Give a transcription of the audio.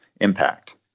impact